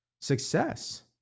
success